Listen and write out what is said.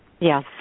Yes